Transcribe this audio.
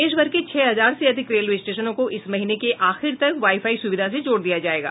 देश भर के छह हजार से अधिक रेलवे स्टेशनों को इस महीने के आखिर तक वाई फाई सुविधा से जोड़ दिया जायेगा